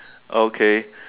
okay